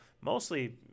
mostly